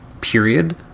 period